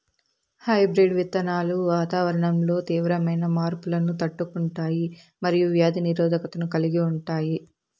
hybrid విత్తనాలు వాతావరణంలో తీవ్రమైన మార్పులను తట్టుకుంటాయి మరియు వ్యాధి నిరోధకతను కలిగి ఉంటాయి